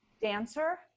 dancer